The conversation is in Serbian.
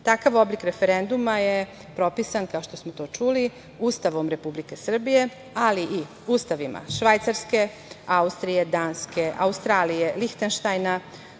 Takav oblik referenduma je propisan, kao što smo to čuli, Ustavom Republike Srbije, ali i ustavima Švajcarske, Austrije, Danske, Australije, Lihenštajna,